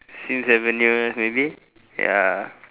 sims avenue maybe ya